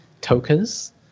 tokens